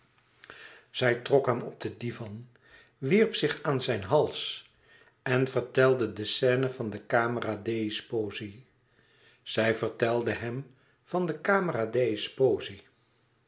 zij trok hem op den divan wierp zich aan zijn hals en vertelde de scène van de camera dei sposi zij vertelde hem van de